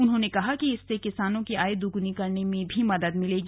उन्होंने कहा कि इससे किसानों की आय दोगुनी करने में भी मदद मिलेगी